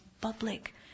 public